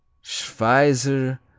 Schweizer